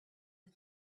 the